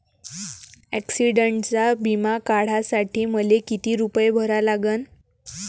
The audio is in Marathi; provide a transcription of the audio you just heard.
ॲक्सिडंटचा बिमा काढा साठी मले किती रूपे भरा लागन?